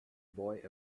boy